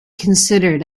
considered